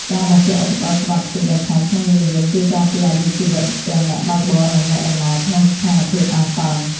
ការបំពាក់ឧបករណ៍សុវត្ថិភាពបន្ថែមក្នុងយានយន្តជួយការពារអាយុជីវិតទាំងអ្នកបើកបរ និងអ្នកដំណើរក្នុងស្ថានភាពអាសន្ន។